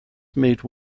made